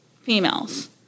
Females